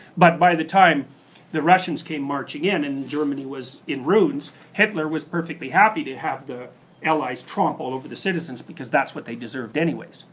but by the time the russians came marching in and germany was in ruins, hitler was perfectly happy to have the allies tromp all over the citizens, because that's what they deserved anyways.